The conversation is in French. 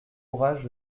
courage